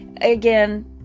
again